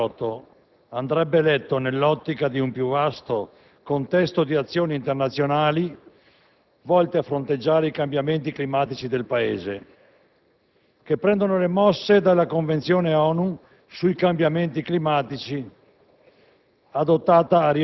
il Protocollo di Kyoto andrebbe letto nell'ottica di un più vasto contesto di azioni internazionali volte a fronteggiare i cambiamenti climatici del Paese,